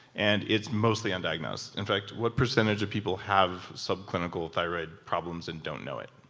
and it's mostly undiagnosed. in fact, what percentage of people have subclinical thyroid problems and don't know it?